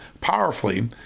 powerfully